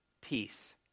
peace